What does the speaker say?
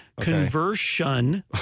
Conversion